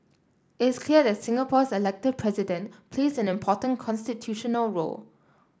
it's clear that Singapore's elected President plays an important constitutional role